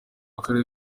akarere